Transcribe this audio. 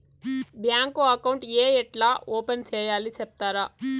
Bank account ఏ ఎట్లా open సేయాలి సెప్తారా?